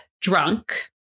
drunk